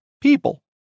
people